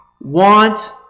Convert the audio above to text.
want